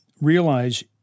realize –